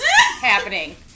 happening